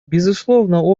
безусловно